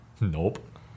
Nope